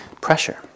pressure